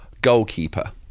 goalkeeper